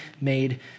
made